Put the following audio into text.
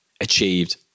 achieved